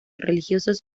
religiosos